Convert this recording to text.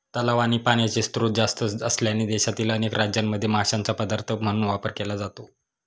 तलाव आणि पाण्याचे स्त्रोत जास्त असलेल्या देशातील अनेक राज्यांमध्ये माशांचा पदार्थ म्हणून वापर केला जातो